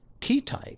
T-type